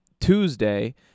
Tuesday